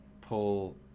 pull